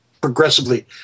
progressively